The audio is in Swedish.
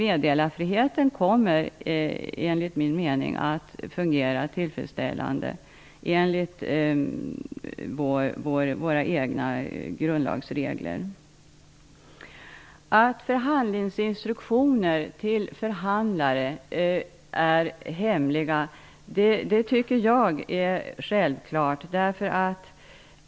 Meddelarfriheten kommer, enligt min mening, att fungera tillfredsställande enligt våra egna grundlagsregler. Att förhandlingsinstruktioner till förhandlare är hemliga tycker jag är självklart.